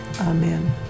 Amen